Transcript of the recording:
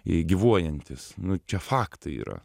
jie gyvuojantys nu čia faktai yra